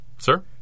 Sir